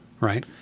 Right